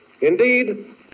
Indeed